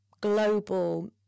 global